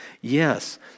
Yes